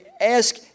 ask